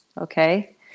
Okay